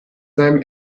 seinem